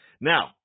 Now